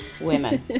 women